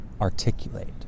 articulate